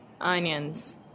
Onions